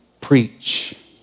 preach